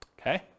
okay